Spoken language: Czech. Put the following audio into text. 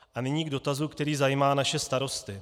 A nyní k dotazu, který zajímá naše starosty.